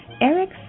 Eric